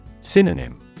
Synonym